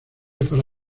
para